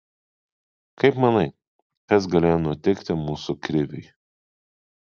kaip manai kas galėjo nutikti mūsų kriviui